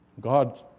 God